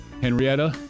Henrietta